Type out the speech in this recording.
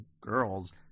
girls